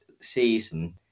season